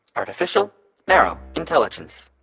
artificial narrow intelligence.